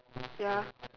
ya